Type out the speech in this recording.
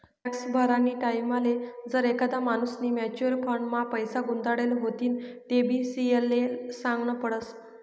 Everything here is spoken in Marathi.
टॅक्स भरानी टाईमले जर एखादा माणूसनी म्युच्युअल फंड मा पैसा गुताडेल व्हतीन तेबी सी.ए ले सागनं पडस